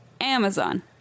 Amazon